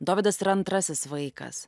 dovydas yra antrasis vaikas